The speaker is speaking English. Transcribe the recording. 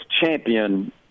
champion